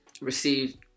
received